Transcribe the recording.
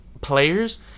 players